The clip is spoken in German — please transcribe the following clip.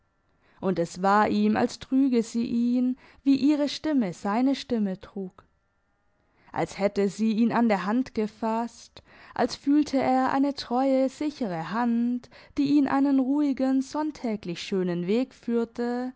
und es war ihm als trüge sie ihn wie ihre stimme seine stimme trug als hätte sie ihn an der hand gefasst als fühlte er eine treue sichere hand die ihn einen ruhigen sonntäglich schönen weg führte